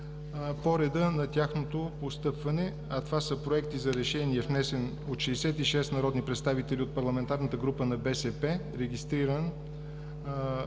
по реда на тяхното постъпване, а това са: Проект за решение, внесен от 66 народни представители от парламентарната група на „БСП за